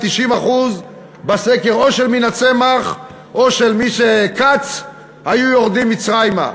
90% מהמשתתפים בסקר או של מינה צמח או של כץ היו יורדים מצרימה.